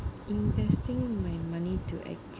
investing my money to